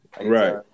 right